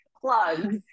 plugs